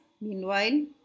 Meanwhile